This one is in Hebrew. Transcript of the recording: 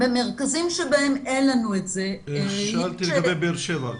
במרכזים שבהם אין לנו את זה --- שאלתי לגבי באר שבע.